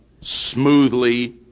smoothly